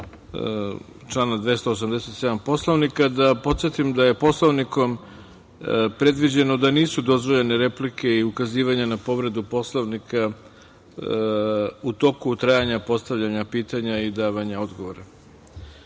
člana 287. Poslovnika, da podsetim da je Poslovnikom predviđeno da nisu dozvoljene replike i ukazivanje na povredu Poslovnika u toku trajanja postavljanja pitanja i davanja